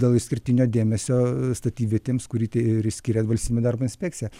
dėl išskirtinio dėmesio statybvietėms kuri ir išskiria valstybinė darbo inspekcija